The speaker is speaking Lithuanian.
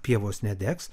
pievos nedegs